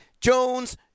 Jones